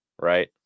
right